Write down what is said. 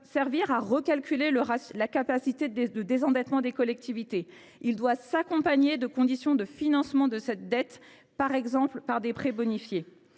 servir à recalculer la capacité de désendettement des collectivités ; il doit s’accompagner de conditions de financement de cette dette, par exemple par des prêts bonifiés.